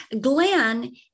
Glenn